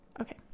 okay